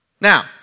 Now